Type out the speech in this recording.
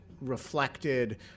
reflected